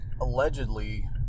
allegedly